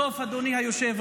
לבסוף, אדוני היושב-ראש,